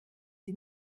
sie